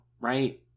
right